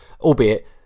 albeit